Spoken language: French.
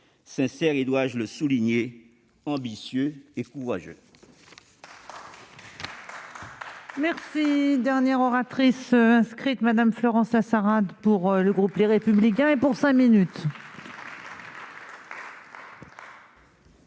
sincère et, dois-je le souligner, ambitieux et courageux.